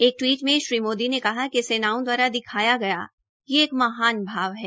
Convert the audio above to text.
एक टवीट में श्री मोदी ने कहा कि सेनाओं द्वारा दिखाया गया एक महान भाव है